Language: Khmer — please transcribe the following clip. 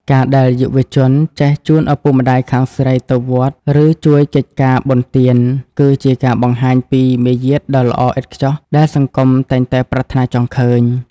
ការដែលយុវជនចេះ "ជូនឪពុកម្ដាយខាងស្រីទៅវត្ត" ឬជួយកិច្ចការបុណ្យទាន គឺជាការបង្ហាញពីមារយាទដ៏ល្អឥតខ្ចោះដែលសង្គមតែងតែប្រាថ្នាចង់ឃើញ។